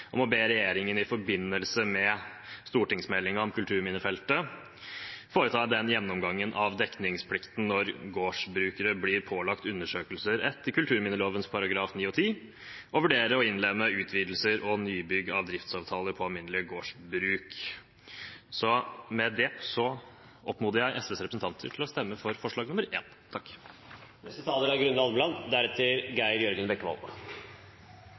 regjeringen i forbindelse med stortingsmeldingen om kulturminnefeltet foreta en gjennomgang av dekningsplikten når gårdbrukere blir pålagt undersøkelser etter kulturminneloven §§ 9 og 10, og vurdere å innlemme «utvidelser og nybygg av driftsbygninger på alminnelige gårdsbruk» i bestemmelsen for «mindre, private tiltak».» Med det oppfordrer jeg SVs representanter til å stemme for forslag